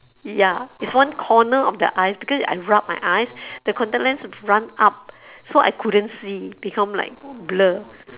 ya is one corner of the eyes because I rub my eyes the contact lens run up so I couldn't see become like blur